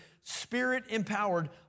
spirit-empowered